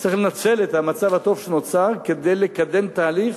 צריך לנצל את המצב הטוב שנוצר כדי לקדם תהליך,